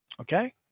Okay